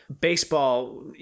Baseball